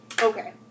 Okay